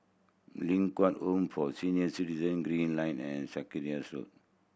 Ling Kwang Home for Senior Citizen Green Lane and Sarkies Road